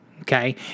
Okay